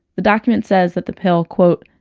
the document says that the pill, quote,